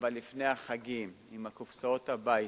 אבל לפני החגים עם הקופסאות הביתה,